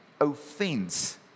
Offense